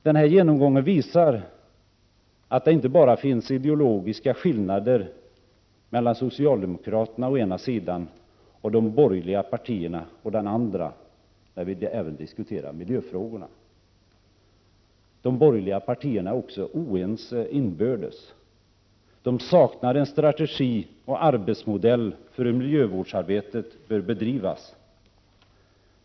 Den här genomgången visar inte bara att det finns ideologiska skillnader mellan socialdemokraterna å ena sidan och de borgerliga partierna å den andra även när vi diskuterar miljöfrågorna. De borgerliga partierna är också oense inbördes. De saknar en strategi och arbetsmodell för hur miljövårdsarbetet bör bedrivas.